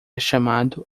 chamado